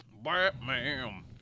Batman